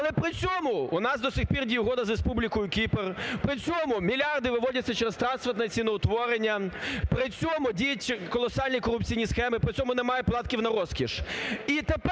Але при цьому у нас до сих пір діє Угода з Республікою Кіпр, при цьому мільярди виводяться через трансфертне ціноутворення, при цьому діють колосальні корупційні схеми, при цьому немає податків на розкіш.